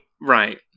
Right